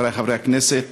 חברי חברי הכנסת,